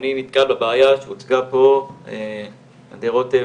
ואני נתקל בבעיה שהוצגה פה על ידי רותם